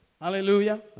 Hallelujah